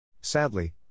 Sadly